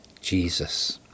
Jesus